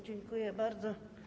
Dziękuję bardzo.